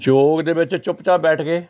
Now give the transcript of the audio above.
ਯੋਗ ਦੇ ਵਿੱਚ ਚੁੱਪ ਚਾਪ ਬੈਠਕੇ